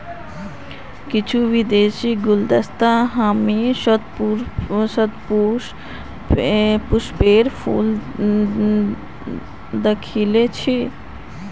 कुछू विदेशीर गुलदस्तात हामी शतपुष्पेर फूल दखिल छि